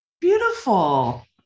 Beautiful